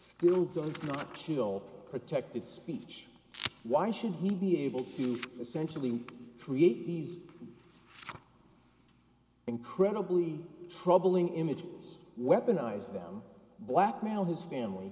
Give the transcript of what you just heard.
does not kill protected speech why should he be able to essentially create these incredibly troubling images weaponize them blackmail his family